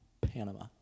Panama